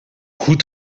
goed